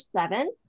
seven